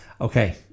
Okay